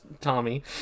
Tommy